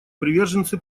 приверженцы